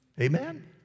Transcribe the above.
Amen